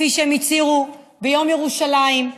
כפי שהם הצהירו ביום ירושלים,